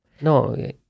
No